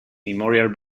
memorial